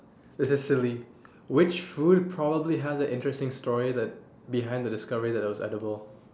this is silly which food probably has a interesting story that behind the discovery that it was edible